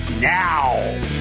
now